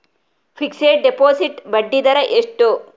Fixed deposit ಬಡ್ಡಿ ದರ ಎಷ್ಟು?